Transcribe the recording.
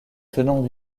tenant